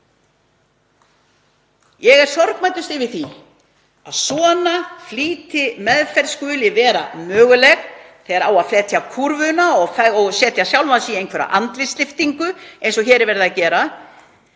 Ég er sorgmæddust yfir því að svona flýtimeðferð skuli vera möguleg þegar á að fletja út kúrfuna og setja sjálfan sig í einhverja andlitslyftingu eins og hér er verið að gera